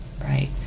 Right